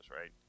right